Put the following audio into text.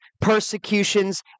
persecutions